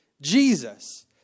Jesus